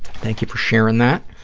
thank you for sharing that.